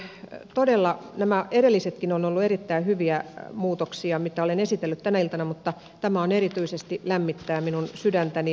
oikein todella nämä edellisetkin ovat olleet erittäin hyviä muutoksia mitä olen esitellyt tänä iltana mutta tämä erityisesti lämmittää minun sydäntäni